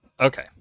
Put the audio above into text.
okay